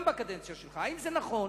גם בקדנציה שלך,